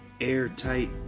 airtight